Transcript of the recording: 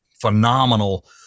phenomenal